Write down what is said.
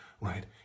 right